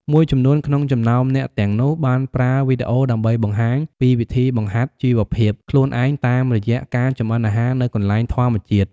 មួយចំនួនក្នុងចំណោមអ្នកទាំងនោះបានប្រើវីដេអូដើម្បីបង្ហាញពីវិធីបង្ហាត់ជីវភាពខ្លួនឯងតាមរយៈការចម្អិនអាហារនៅកន្លែងធម្មជាតិ។